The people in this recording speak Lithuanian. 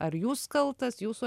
ar jūs kaltas jūsų